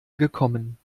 gekommen